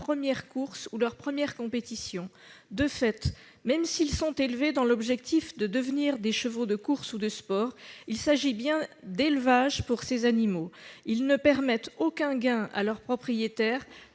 leur première course ou leur première compétition. De fait, même s'ils sont élevés dans l'objectif de devenir des chevaux de course ou de sport, il s'agit bien d'élevage pour ces animaux. Ils ne permettent aucun gain à leur propriétaire